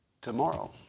tomorrow